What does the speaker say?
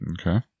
Okay